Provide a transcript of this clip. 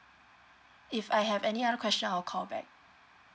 if I have any other question I'll call back